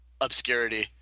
obscurity